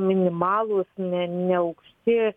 minimalūs ne neaukšti